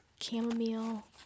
Chamomile